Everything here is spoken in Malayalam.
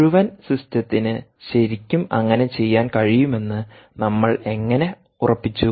മുഴുവൻ സിസ്റ്റത്തിന് ശരിക്കും അങ്ങനെ ചെയ്യാൻ കഴിയുമെന്ന് നമ്മൾ എങ്ങനെ ഉറപ്പിച്ചു